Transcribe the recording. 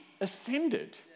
ascended